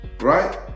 right